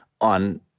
on